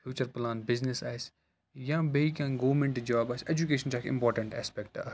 future plan business آسہِ یا بیٚیہِ کینٛہہ گورمیٚنٹ جاب آسہِ ایٚجُوکیشَن چھِ اَکھ اِمپاٹَنٛٹ آسپیٚکٹہٕ اَکھ